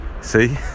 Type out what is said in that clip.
see